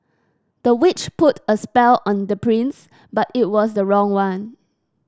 the witch put a spell on the prince but it was the wrong one